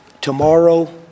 tomorrow